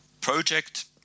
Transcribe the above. project